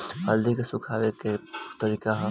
हल्दी के सुखावे के का तरीका ह?